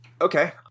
Okay